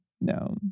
no